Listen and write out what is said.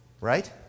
Right